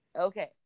Okay